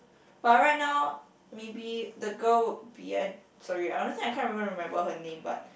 but right now maybe the girl would be I sorry honestly I can't really remember her name but